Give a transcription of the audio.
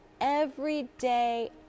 everyday